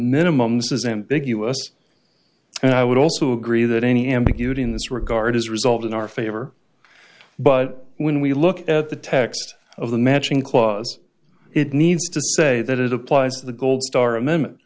ambiguous and i would also agree that any ambiguity in this regard is a result in our favor but when we look at the text of the matching clause it needs to say that it applies to the goldstar amendment